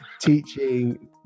teaching